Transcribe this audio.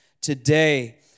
today